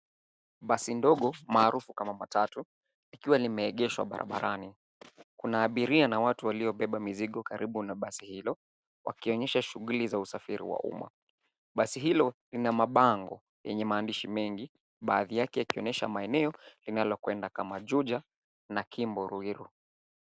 Basi ndogo maarufu kama matatu likiwa limeegeshwa barabarani. Kuna abiria na watu waliobeba mizigo karibu na basi hilo wakionyesha shughuli za usafiri wa umma. Basi hilo lina mabango yenye maandishi mengi baadhi yake yakionyesha maeneo linalokwenda kama Juja na Kimbo Ruiru.